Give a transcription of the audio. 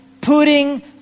putting